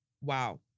Wow